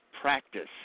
practice